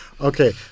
Okay